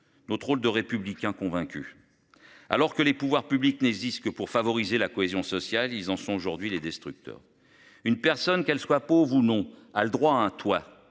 Notre rôle de républicains convaincus. Alors que les pouvoirs publics n'existe que pour favoriser la cohésion sociale, ils en sont aujourd'hui les destructeurs. Une personne qu'elle soit pauvre ou non. Ah le droit à un toit.